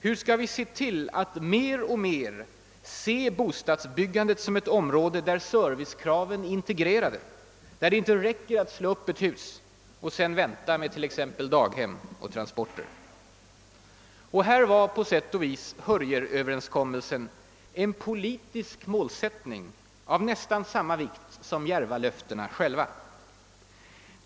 Hur skall vi se till att bostadsbyggandet mer och mer betraktas som ett område, där servicekraven är integrerade, där det inte räcker att slå upp ett hus och sedan vänta med t.ex. daghem och transporter? Och här var på sätt och vis Hörjelöverenskommelsen en politisk målsättning av nästan samma vikt som Järvalöftena själva.